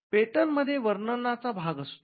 patent मध्ये वर्णनाचा भाग असतो